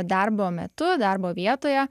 darbo metu darbo vietoje